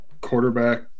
quarterback